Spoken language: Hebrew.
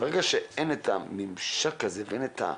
ברגע שאין את הממשק הזה ואין את המודעות,